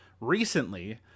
recently